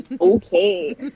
Okay